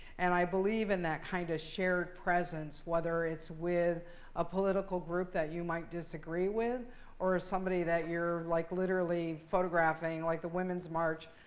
and i believe in that kind of shared presence whether it's with a political group that you might disagree with or somebody that you're like literally photographing, like the women's march.